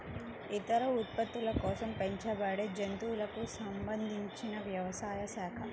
ఇతర ఉత్పత్తుల కోసం పెంచబడేజంతువులకు సంబంధించినవ్యవసాయ శాఖ